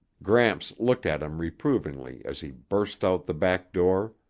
gramps looked at him reprovingly as he burst out the back door.